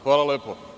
Hvala lepo.